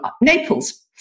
Naples